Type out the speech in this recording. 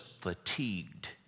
fatigued